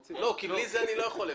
כי בלי זה אני לא יכול.